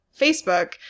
Facebook